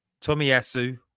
Tomiyasu